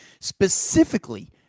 specifically